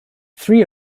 three